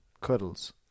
cuddles